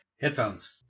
Headphones